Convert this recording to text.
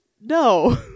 no